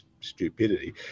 stupidity